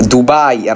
Dubai